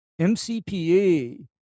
MCPA